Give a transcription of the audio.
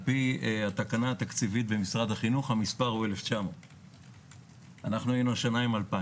על פי התקנה התקציבית במשרד החינוך המספר הוא 1900. היינו השנה עם 2000